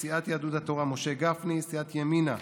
סיעת יהדות התורה, משה גפני, סיעת ימינה,